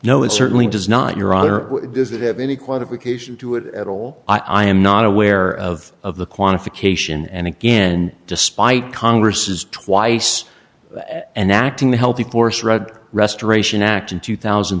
no it certainly does not your honor does it have any quantification to it at all i am not aware of of the qualification and again despite congress's twice and acting the healthy force read restoration act in two thousand